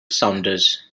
saunders